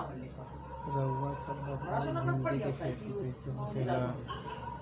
रउआ सभ बताई भिंडी क खेती कईसे होखेला?